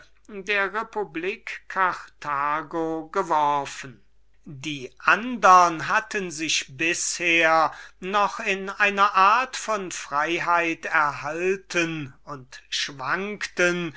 der carthaginenser geworfen die andren hatten sich bisher noch in einer art von freiheit erhalten und schwankten